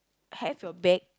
have your back